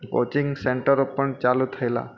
coaching સેન્ટરો પણ ચાલું થયેલાં